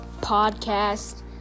podcast